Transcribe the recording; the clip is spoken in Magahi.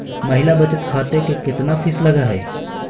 महिला बचत खाते के केतना फीस लगअ हई